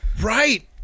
right